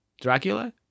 Dracula